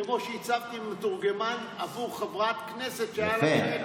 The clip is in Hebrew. כמו שהצבתי מתורגמן עבור חברת כנסת שהיו לה קשיי דיבור.